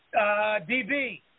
DB